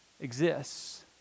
exists